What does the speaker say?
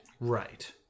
Right